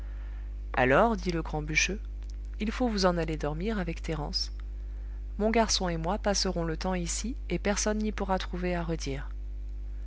alors dit le grand bûcheux il faut vous en aller dormir avec thérence mon garçon et moi passerons le temps ici et personne n'y pourra trouver à redire